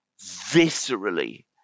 viscerally